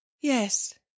Yes